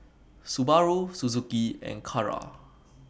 Subaru Suzuki and Kara